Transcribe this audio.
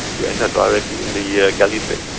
you enter directly in the yeah galley space.